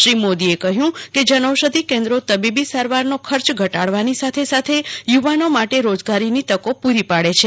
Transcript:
શ્રી મોદીએ કહ્યું કે જનૌષધિ કેન્દ્રો તબીબી સારવારનો ખર્ચ ઘટાડવાની સાથે સાથે યુવાનોને માટે રોજગારની તકો પૂરી પાડે છે